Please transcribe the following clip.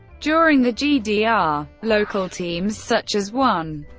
during the gdr, local teams such as one.